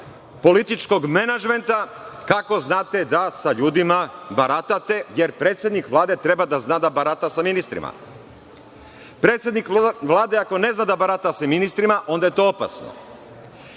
političkog menadžmenta kako znate da sa ljudima baratate, jer predsednik Vlade treba da zna da barata sa ministrima. Predsednik Vlade ako ne zna da barata sa ministrima, onda je to opasno.